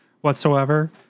whatsoever